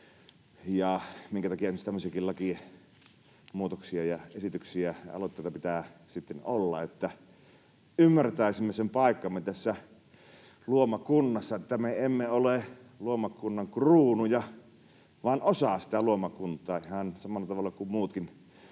esimerkiksi tämmöisiäkin lakimuutoksia, -esityksiä ja -aloitteita pitää sitten olla, että ymmärtäisimme sen paikkamme tässä luomakunnassa, sen, että me emme ole luomakunnan kruunuja vaan osa sitä luomakuntaa ihan samalla tavalla kuin muutkin